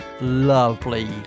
lovely